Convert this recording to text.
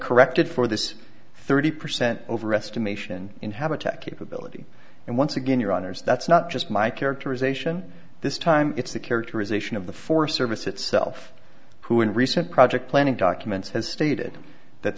corrected for this thirty percent overestimation in habitat capability and once again your honour's that's not just my characterization this time it's the characterization of the forest service itself who in recent project planning documents has stated that